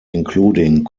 including